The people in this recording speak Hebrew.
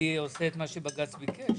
אני עושה את מה שבג"ץ ביקש?